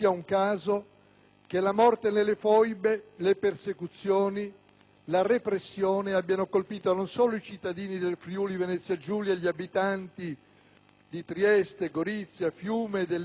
che la morte nelle foibe, le persecuzioni e la repressione abbiano colpito non solo i cittadini del Friuli-Venezia Giulia e gli abitanti di Trieste, Gorizia, Fiume e dell'Istria tutta,